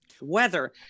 weather